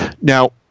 Now